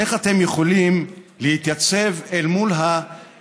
איך אתם יכולים להתייצב אל מול האמרות,